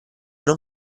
non